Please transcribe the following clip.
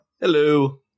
Hello